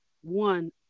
one